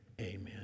Amen